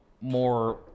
more